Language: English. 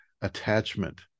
attachment